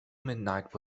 midnight